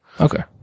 Okay